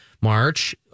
March